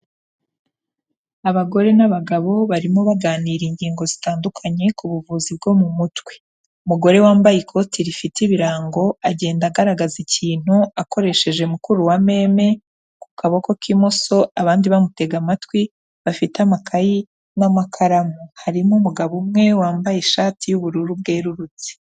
Abagore n'abagabo barimo baganira ingingo zitandukanye ku buvuzi bwo mu mutwe. Umugore wambaye ikoti rifite ibirango agenda agaragaza ikintu akoresheje mukuru wa meme ku kaboko k'imoso, abandi bamutega amatwi bafite amakayi n'amakaramu. Harimo umugabo umwe wambaye ishati y'ubururu bwerurutse.